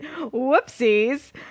Whoopsies